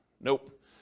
nope